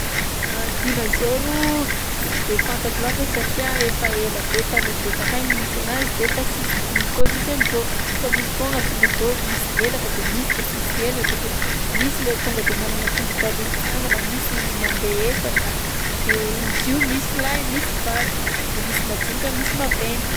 Dinazôro sy de fantako loatra satria efa be taloha be takagny no misy anazy de efa sisy m- kôza izy am'izao fa misy foagna dinazôro le misy helatra de misy le sisy helatra de misy le tonga de manana tongotra roy mitsangana, misy mandeha efatra, de izy io misy lahy, misy vavy de misy madinika, misy maventy.